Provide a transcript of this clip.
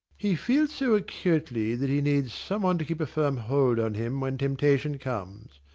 he feels so acutely that he needs some one to keep a firm hold on him when temptation comes.